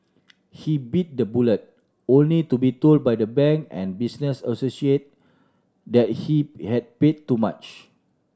he bit the bullet only to be told by the bank and business associate that he had paid too much